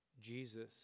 Jesus